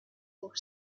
for